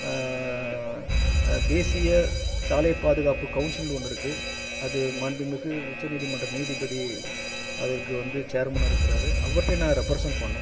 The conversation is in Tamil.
தேசிய சாலை பாதுகாப்பு கவுன்சில் ஒன்று இருக்கு அது மாண்புமிகு உச்சநீதிமன்ற நீதிபதி அதற்கு வந்து சேர்மனாக இருக்கிறாரு அவர்கிட்டையும் நான் ரெப்ரசென்ட் பண்ணணும்